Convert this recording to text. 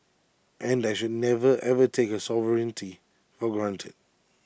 and I should never ever take her sovereignty for granted